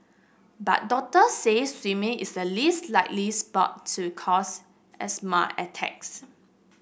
but doctors say swimming is the least likely sport to cause asthma attacks